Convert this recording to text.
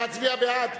להצביע בעד?